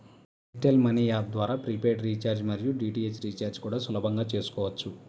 air tell money app ద్వారా prepaid recharge మరియు DTH recharge కూడా సులభంగా చేసుకోవచ్చు